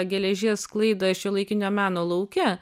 geležies sklaidą šiuolaikinio meno lauke